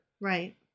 Right